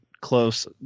close